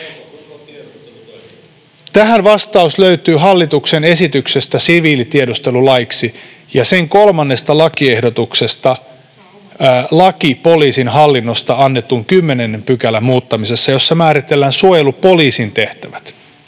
Tähän vastaus löytyy hallituksen esityksestä siviilitiedustelulaiksi ja sen kolmannen lakiehdotuksen ”Laki poliisin hallinnosta annetun lain muuttamisesta” 10 §:stä, jossa määritellään suojelupoliisin tehtävät.